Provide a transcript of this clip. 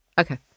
Okay